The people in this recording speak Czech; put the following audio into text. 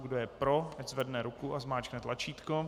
Kdo je pro, ať zvedne ruku a zmáčkne tlačítko.